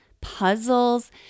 puzzles